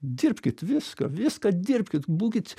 dirbkit viską viską dirbkit būkit